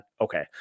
Okay